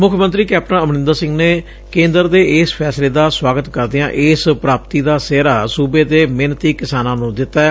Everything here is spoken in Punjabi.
ਮੁੱਖ ਮੰਤਰੀ ਕੈਪਟਨ ਅਮਰਿੰਦਰ ਸਿੰਘ ਨੇ ਕੇਂਦਰ ਦੇ ਇਸ ਫੈਸਲੇ ਦਾ ਸੁਆਗਤ ਕਰਦਿਆਂ ਇਸ ਪ੍ਰਾਪਤੀ ਦਾ ਸਿਹਰਾ ਸੁਬੇ ਦੇ ਮਿਹਨਤੀ ਕਿਸਾਨਾਂ ਨੁੰ ਦਿੱਤੈ